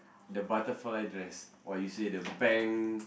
the butterfly dress what you say the bang